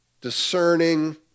discerning